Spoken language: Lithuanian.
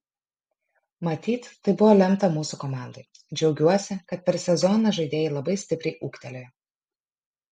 matyt taip buvo lemta mūsų komandai džiaugiuosi kad per sezoną žaidėjai labai stipriai ūgtelėjo